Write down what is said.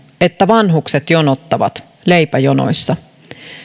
että vanhukset jonottavat leipäjonoissa